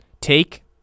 take